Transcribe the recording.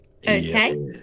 okay